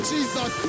Jesus